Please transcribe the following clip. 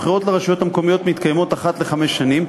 הבחירות לרשויות המקומיות מתקיימות אחת לחמש שנים,